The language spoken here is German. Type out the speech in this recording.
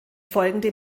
folgende